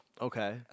Okay